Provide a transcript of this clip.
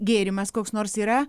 gėrimas koks nors yra